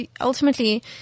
ultimately